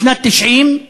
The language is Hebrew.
בשנת 1990,